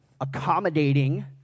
accommodating